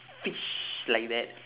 fish like that